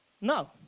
no